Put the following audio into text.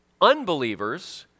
unbelievers